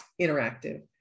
interactive